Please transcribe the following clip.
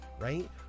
right